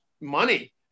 money